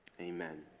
amen